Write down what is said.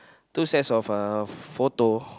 two sets of uh photo